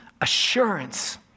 assurance